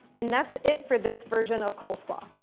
and that's it for this version of coleslaw.